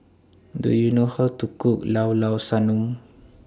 Do YOU know How to Cook Llao Llao Sanum